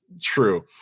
true